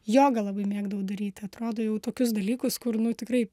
joga labai mėgdavau daryti atrodo jau tokius dalykus kur nu tikrai